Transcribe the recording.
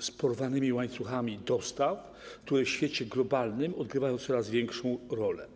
z porwanymi łańcuchami dostaw, które w świecie globalnym odgrywają coraz większą rolę.